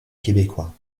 québécois